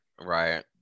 right